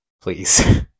please